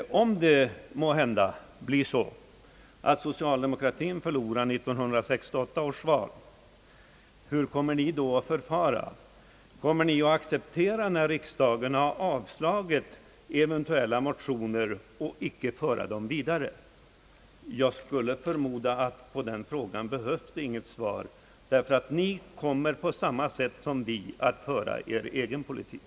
Om det skulle bli så att socialdemokratin förlorar 1968 års val, hur kommer ni då att förfara? Kommer ni att acceptera, att riksdagen har avslagit era motioner och avstå från att föra dem vidare? Jag skulle förmoda att det inte behövs något svar på den punkten. Ni kommer på samma sätt som vi att föra er egen politik.